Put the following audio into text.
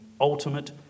ultimate